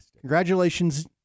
congratulations